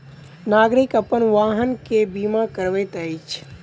नागरिक अपन वाहन के बीमा करबैत अछि